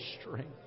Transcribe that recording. strength